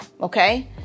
okay